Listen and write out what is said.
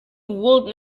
would